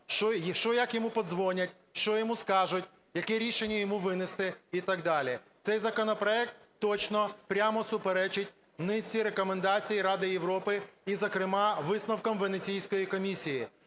що як йому подзвонять, що йому скажуть, яке рішення йому винести і так далі. Цей законопроект точно прямо суперечить низці рекомендацій Ради Європи і, зокрема, висновкам Венеційської комісії.